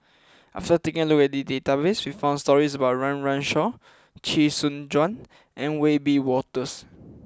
after taking a look at the database we found stories about Run Run Shaw Chee Soon Juan and Wiebe Wolters